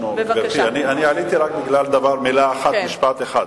גברתי, משפט אחד: